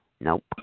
Nope